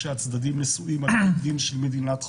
שהצדדים נשואים על פי דין של מדינת חוץ,